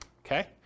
Okay